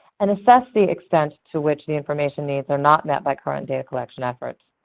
and assess the extent to which the information needs are not met by current data collection efforts.